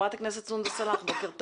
חברת הכנסת סונדוס סאלח, בוקר טוב.